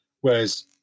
Whereas